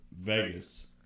Vegas